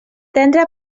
tendre